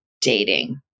dating